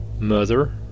Mother